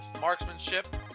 marksmanship